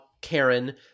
Karen